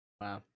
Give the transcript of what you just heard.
Wow